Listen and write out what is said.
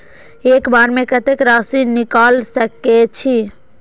एक बार में कतेक राशि निकाल सकेछी?